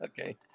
okay